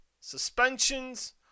suspensions